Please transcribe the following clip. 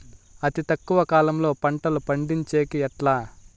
అతి తక్కువ కాలంలో పంటలు పండించేకి ఎట్లా?